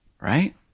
right